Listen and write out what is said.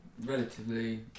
relatively